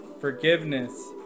forgiveness